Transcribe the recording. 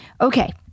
Okay